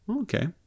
Okay